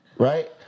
Right